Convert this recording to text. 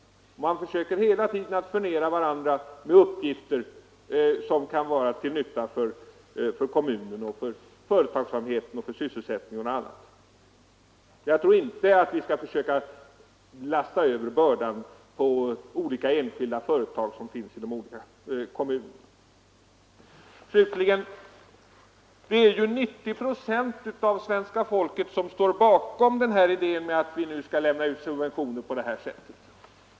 Man försöker kontinuerligt ge varandra uppgifter som kan vara till nytta för kommunen, för företagsamheten, för sysselsättningen osv. Jag tror inte att vi skall försöka lasta över bördan på olika enskilda företag som finns i kommunerna. Slutligen: ”Det är ju 90 procent av svenska folket som står bakom idén att vi nu skall lämna ut subventioner på det här sättet.